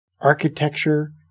Architecture